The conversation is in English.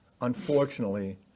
unfortunately